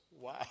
Wow